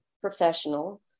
professional